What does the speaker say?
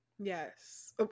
yes